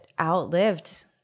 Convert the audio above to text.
outlived